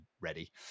ready